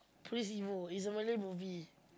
Police Evo is a Malay movie